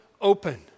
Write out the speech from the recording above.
open